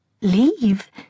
leave